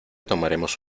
tomaremos